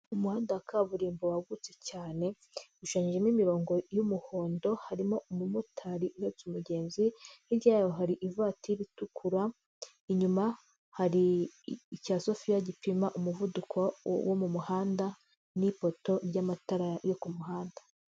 Umuhanda wa kaburimbo wagutse cyane, ushushanyijemo imirongo y'umuhondo, harimo umumotari uhetse umugenzi hirya yayo hari ivatiri itukura inyuma hari cya sofiya gipima umuvuduko wo mu muhanda n'ipoto by'amatara yo ku muhanda.